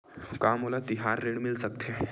का मोला तिहार ऋण मिल सकथे?